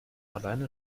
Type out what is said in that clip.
alleine